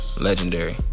legendary